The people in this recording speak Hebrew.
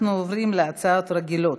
אנחנו עוברים להצעות רגילות.